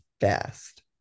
fast